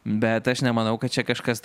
bet aš nemanau kad čia kažkas